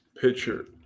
Pitcher